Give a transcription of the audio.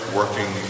working